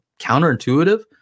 counterintuitive